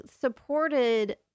supported